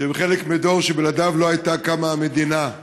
שהם חלק מדור שבלעדיו לא הייתה קמה המדינה,